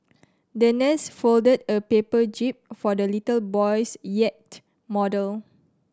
the nurse folded a paper jib for the little boy's yacht model